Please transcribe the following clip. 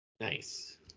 Nice